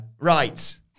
right